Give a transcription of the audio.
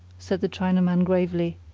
said the chinaman gravely.